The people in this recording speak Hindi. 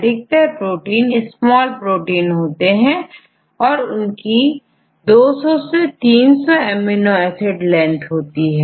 अधिकतर प्रोटीन स्मॉल प्रोटीन हैं और इनकी 200 से 300 एमिनो एसिड लेंथ होती है